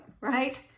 right